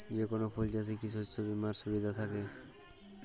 যেকোন ফুল চাষে কি শস্য বিমার সুবিধা থাকে?